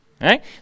right